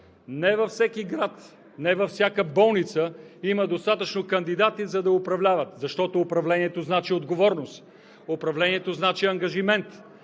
Не във всеки град, не във всяка болница има достатъчно кандидати, за да управляват, защото управлението значи отговорност, управлението значи ангажимент,